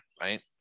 Right